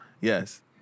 Yes